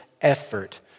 effort